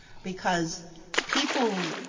because people.